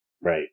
Right